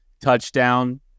touchdown